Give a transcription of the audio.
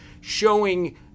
showing